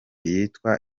yitwa